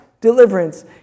deliverance